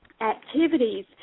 activities